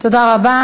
תודה רבה